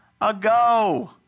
ago